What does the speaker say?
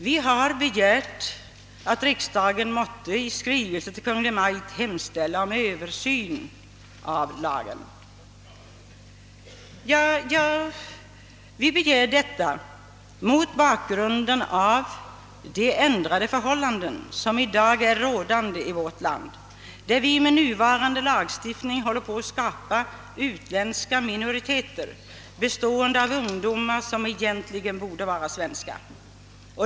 Vad vi begär är att riksdagen måtte i skrivelse till Kungl. Maj:t hemställa om översyn av lagen. Vi begär detta mot bakgrunden av de ändrade förhållanden som i dag råder i vårt land, där vi med nuvarande lagstiftning håller på att skapa utländska minoriteter bestående av ungdomar som egentligen borde vara svenskar.